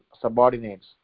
subordinates